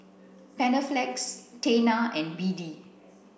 Panaflex Tena and B D